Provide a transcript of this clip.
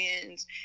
friends